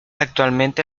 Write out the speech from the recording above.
actualmente